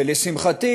ולשמחתי,